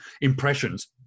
impressions